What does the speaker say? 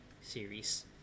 series